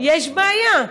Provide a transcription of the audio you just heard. יש בעיה.